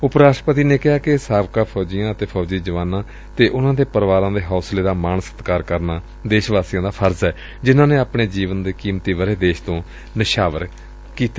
ਉਪ ਰਾਸ਼ਟਰਪਤੀ ਨੇ ਕਿਹਾ ਕਿ ਸਾਬਕਾ ਫੌਜੀਆਂ ਅਤੇ ਫੌਜੀ ਜਵਾਨਾਂ ਤੇ ਉਨਾਂ ਦੇ ਪਰਿਵਾਰਾਂ ਦੇ ਹੌਂਸਲੇ ਦਾ ਮਾਣ ਸਤਿਕਾਰ ਕਰਨਾ ਦੇਸ਼ ਵਾਸੀਆਂ ਦਾ ਫਰਜ਼ ਏ ਜਿਨ੍ਹਾਂ ਨੇ ਆਪਣੇ ਜੀਵਨ ਦੇ ਕੀਮਤੀ ਵਰ੍ਹੇ ਦੇਸ਼ ਤੋਂ ਨਿਸ਼ਾਵਰ ਕਰ ਦਿੱਤੇ